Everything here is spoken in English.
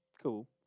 cool